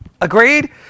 Agreed